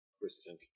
Christian